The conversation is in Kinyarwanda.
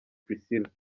priscillah